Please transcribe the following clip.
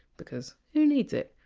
because who needs it,